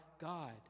God